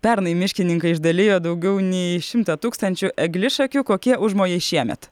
pernai miškininkai išdalijo daugiau nei šimtą tūkstančių eglišakių kokie užmojai šiemet